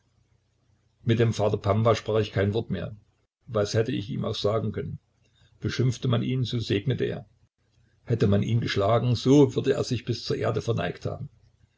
mit dem vater pamwa sprach ich kein wort mehr was hätte ich ihm auch sagen können beschimpfte man ihn so segnete er hätte man ihn geschlagen so würde er sich bis zur erde verneigt haben